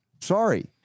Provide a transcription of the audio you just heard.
sorry